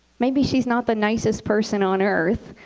maybe she's not the nicest person on earth,